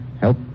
Help